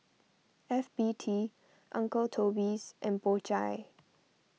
F B T Uncle Toby's and Po Chai